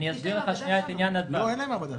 יש עלויות שינוע?